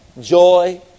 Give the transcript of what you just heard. joy